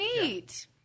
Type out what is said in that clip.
neat